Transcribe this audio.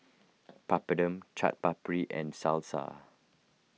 Papadum Chaat Papri and Salsa